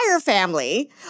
family